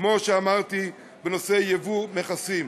כמו שאמרתי, בנושא יבוא ומכסים.